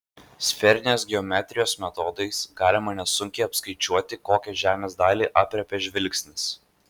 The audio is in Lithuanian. sferinės geometrijos metodais galima nesunkiai apskaičiuoti kokią žemės dalį aprėpia žvilgsnis